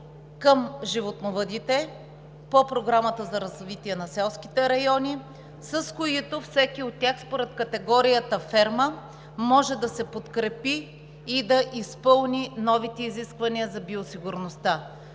към животновъдите по Програмата за развитие на селските райони, с които всеки от тях според категорията ферма може да се подкрепи и да изпълни новите изисквания за биосигурността